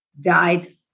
died